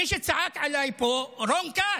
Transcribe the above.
מי שצעק עליי פה, רון כץ,